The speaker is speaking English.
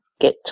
get